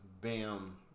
Bam